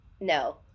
No